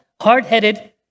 hard-headed